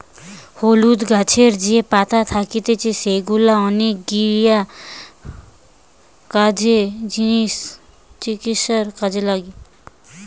হলুদ গাছের যে পাতা থাকতিছে সেগুলা অনেকগিলা কাজে, চিকিৎসায় কাজে লাগে